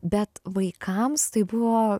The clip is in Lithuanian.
bet vaikams tai buvo